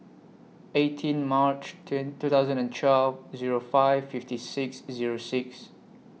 eighteen March two thousand and twelve Zero five fifty six Zero six